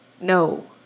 no